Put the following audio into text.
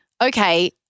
okay